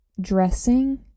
dressing